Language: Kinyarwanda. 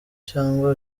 cyangwa